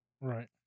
Right